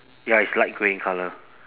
ya it's light grey in colour